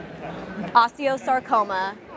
osteosarcoma